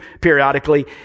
periodically